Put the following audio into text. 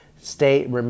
stay